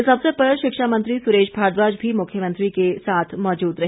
इस अवसर पर शिक्षा मंत्री सुरेश भारद्वाज भी मुख्यमंत्री के साथ मौजूद रहे